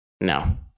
No